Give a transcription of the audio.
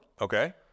Okay